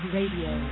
Radio